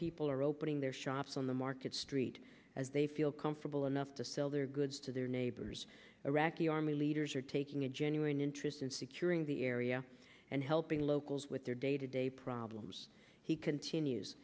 people are opening their shops on the market street as they feel comfortable enough to sell their goods to their neighbors iraqi army leaders are taking a genuine interest in securing the area and helping locals with their day to day problems he continues